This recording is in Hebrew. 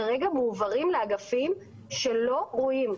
כרגע מועברים לאגפים שלא רואים.